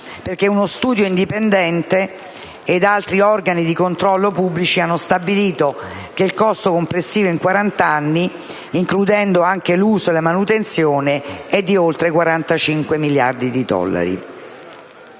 Governo: uno studio indipendente (Kpgm) ed altri organi di controllo pubblici hanno infatti stabilito che il costo complessivo in 40 anni, includendo anche l'uso e la manutenzione, è di oltre 45 miliardi di dollari,